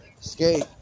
Skate